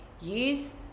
Use